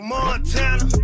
Montana